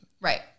right